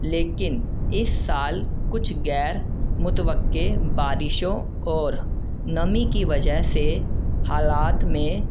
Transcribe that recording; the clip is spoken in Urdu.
لیکن اس سال کچھ غیر متوقع بارشوں اور نمی کی وجہ سے حالات میں